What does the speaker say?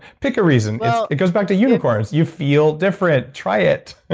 pick a reason. it goes back to unicorns. you feel different. try it.